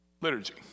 liturgy